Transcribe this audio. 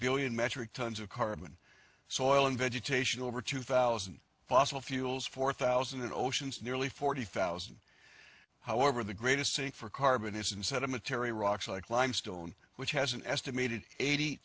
billion metric tons of carbon so oil in vegetation over two thousand fossil fuels four thousand oceans nearly forty thousand however the greatest city for carbon is inside of metairie rocks like limestone which has an estimated eighty